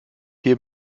hier